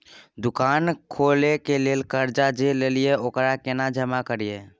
दुकान खोले के लेल कर्जा जे ललिए ओकरा केना जमा करिए?